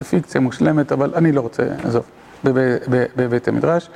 פיציה מושלמת, אבל אני לא רוצה לעזוב בבית המדרש.